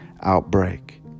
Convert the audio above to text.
outbreak